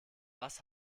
was